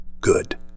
Good